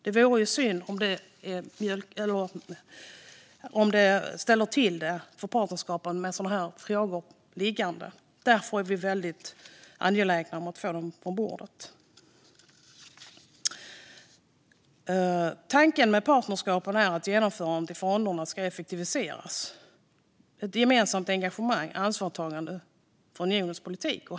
Det vore ju synd om det ställde till det för partnerskapen att ha sådana här frågor liggande. Därför är vi väldigt angelägna om att få upp dem på bordet. Tanken med partnerskapen är att genomförandet av fonderna ska effektiviseras genom ett gemensamt engagemang och ansvarstagande för unionens politik.